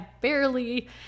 barely